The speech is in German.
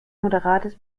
moderates